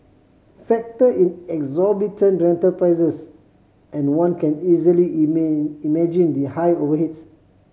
factor in exorbitant rental prices and one can easily imagine the high overheads